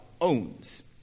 owns